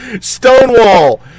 Stonewall